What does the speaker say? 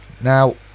Now